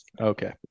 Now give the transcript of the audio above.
Okay